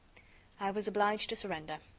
i was obliged to surrender.